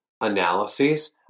analyses